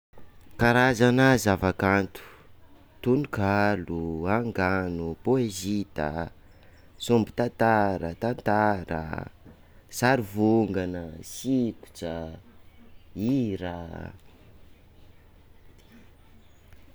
Karazana zavakanto: tonokalo, angano, pôezita, sombin-tantara, tantara, sary vongana, sikotra, hira.